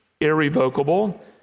irrevocable